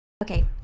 okay